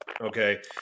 Okay